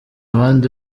abandi